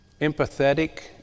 empathetic